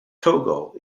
togo